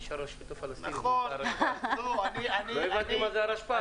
שהרשות הפלסטינית --- לא הבנתי מה זה הרשפ"ת.